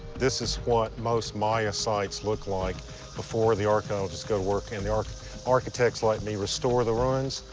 this is what most maya sites look like before the archaeologists go to work and the ah architects like me restore the ruins.